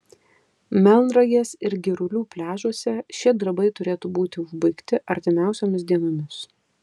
melnragės ir girulių pliažuose šie darbai turėtų būti užbaigti artimiausiomis dienomis